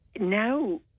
now